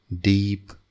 deep